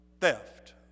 theft